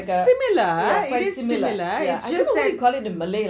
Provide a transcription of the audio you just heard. similar ah is similar ah is just that